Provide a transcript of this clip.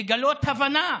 לגלות הבנה,